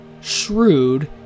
shrewd